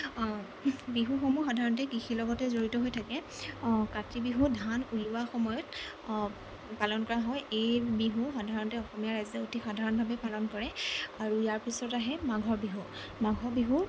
বিহুসমূহ সাধাৰণতে কৃষিৰ লগতে জড়িত হৈ থাকে কাতি বিহু ধান ওলোৱা সময়ত পালন কৰা হয় এই বিহু সাধাৰণতে অসমীয়া ৰাইজে অতি সাধাৰণভাৱেই পালন কৰে আৰু ইয়াৰ পিছত আহে মাঘৰ বিহু মাঘ বিহু